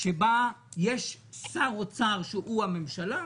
שבה יש שר אוצר שהוא הממשלה,